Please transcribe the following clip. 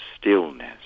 stillness